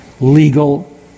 Legal